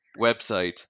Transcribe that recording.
website